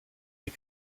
des